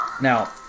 Now